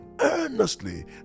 earnestly